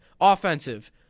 offensive